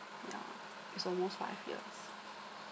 yeah it's almost five years